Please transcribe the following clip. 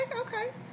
okay